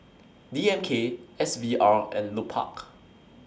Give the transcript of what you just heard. D M K S V R and Lupark